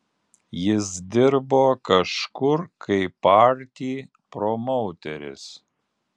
jis dirbo kažkur kaip party promauteris